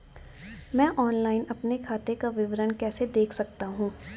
मैं ऑनलाइन अपने खाते का विवरण कैसे देख सकता हूँ?